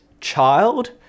child